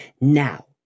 Now